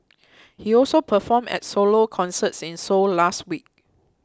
he also performed at solo concerts in Seoul last week